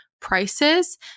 prices